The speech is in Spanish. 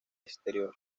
exterior